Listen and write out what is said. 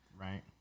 right